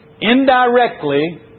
indirectly